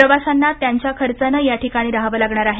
प्रवाशांना त्यांच्या खर्चाने या ठिकाणी राहावे लागणार आहे